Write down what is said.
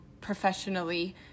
professionally